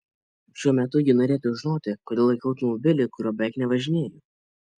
šiuo metu ji norėtų žinoti kodėl laikau automobilį kuriuo beveik nevažinėju